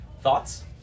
Thoughts